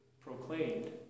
proclaimed